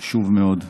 חשוב מאוד,